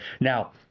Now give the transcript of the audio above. Now